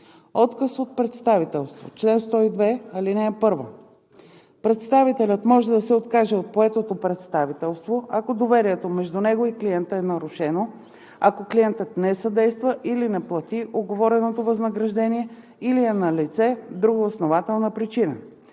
Отказ от представителство Чл. 102. (1) Представителят може да се откаже от поетото представителство, ако доверието между него и клиента е нарушено, ако клиентът не съдейства или не плати уговорено възнаграждение или е налице друга основателна причина.